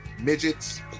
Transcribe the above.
midgets